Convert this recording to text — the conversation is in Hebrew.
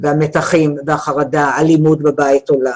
המתחים והחרדה, האלימות בבית עולה.